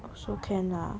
also can lah